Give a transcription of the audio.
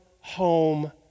home